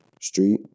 street